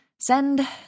Send